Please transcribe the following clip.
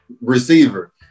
receiver